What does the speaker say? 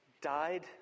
died